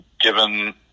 given